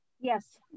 Yes